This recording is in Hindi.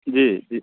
जी जी